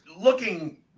looking